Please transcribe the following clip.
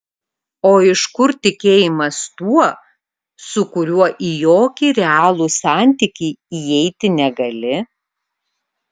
o iš kur tikėjimas tuo su kuriuo į jokį realų santykį įeiti negali